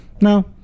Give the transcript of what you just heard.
No